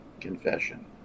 confession